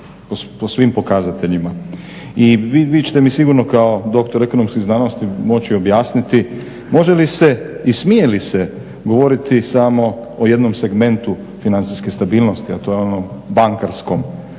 I vi ćete mi sigurno kao doktor ekonomskih znanosti moći objasniti može li se i smije li se govoriti samo o jednom segmentu financijske stabilnosti, a to je onom bankarskom